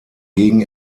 gegen